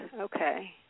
Okay